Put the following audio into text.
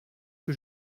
que